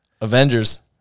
Avengers